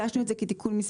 (תיקון מס'